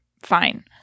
fine